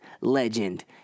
Legend